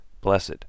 Blessed